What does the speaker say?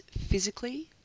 physically